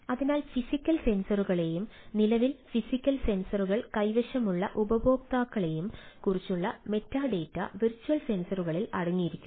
അതിനാൽ ഫിസിക്കൽ സെൻസറുകളെയും നിലവിൽ ഫിസിക്കൽ സെൻസറുകൾ കൈവശമുള്ള ഉപയോക്താക്കളെയും കുറിച്ചുള്ള മെറ്റാഡാറ്റ വെർച്വൽ സെൻസറുകളിൽ അടങ്ങിയിരിക്കുന്നു